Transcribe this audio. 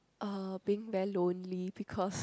uh being very lonely because